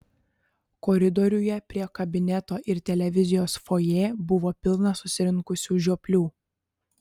koridoriuje prie kabineto ir televizijos fojė buvo pilna susirinkusių žioplių